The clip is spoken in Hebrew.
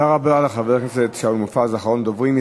תודה רבה לחבר הכנסת שאול מופז, אחרון הדוברים.